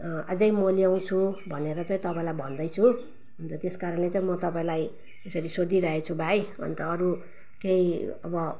अझै म ल्याउँछु भनेर चाहि तपाईँलाई भन्दैछु अनि त त्यसकारणले चाहिँ म तपाईँलाई यसरी सोधिरहेछु भाइ अनि त अरू केही अब